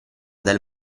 del